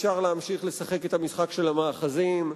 אפשר להמשיך לשחק את המשחק של המאחזים,